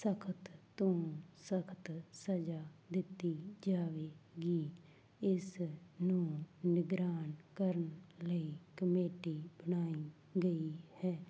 ਸਖਤ ਤੋਂ ਸਖਤ ਸਜ਼ਾ ਦਿੱਤੀ ਜਾਵੇਗੀ ਇਸ ਨੂੰ ਨਿਗਰਾਨ ਕਰਨ ਲਈ ਕਮੇਟੀ ਬਣਾਈ ਗਈ ਹੈ